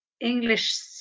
English